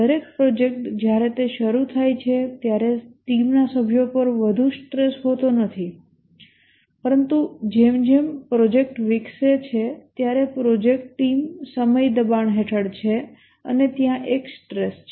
દરેક પ્રોજેક્ટ જ્યારે તે શરૂ થાય છે ત્યારે ટીમના સભ્યો પર વધુ સ્ટ્રેસ હોતો નથી પરંતુ જેમ જેમ પ્રોજેક્ટ વિકસે છે ત્યારે પ્રોજેક્ટ ટીમ સમય દબાણ હેઠળ છે અને ત્યાં એક સ્ટ્રેસ છે